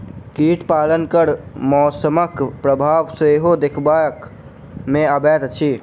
कीट पालन पर मौसमक प्रभाव सेहो देखबा मे अबैत अछि